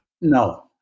No